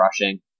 rushing